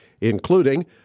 including